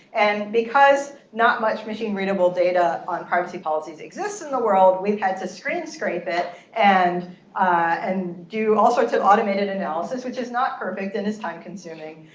and because not much machine readable data on privacy policies exists in the world, we've had to screen scrape it and and do all sorts of automated analysis. which is not perfect and it's time consuming.